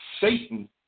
Satan